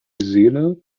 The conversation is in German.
seele